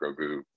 Grogu